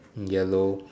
yellow